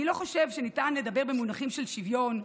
אני לא חושב שניתן לדבר במונחים של שוויון,